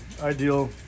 Ideal